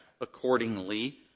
accordingly